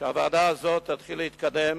שהוועדה הזאת תתחיל להתקדם,